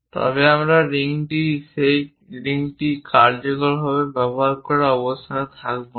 তবে আমরা সেই রিংটি কার্যকরভাবে ব্যবহার করার অবস্থানে থাকব না